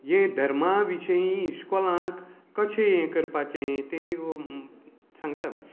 हे धर्मा विशयी इश्कॉलांक कशें हें करपाचें तें सांगता